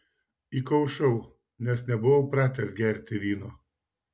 įkaušau nes nebuvau pratęs gerti vyno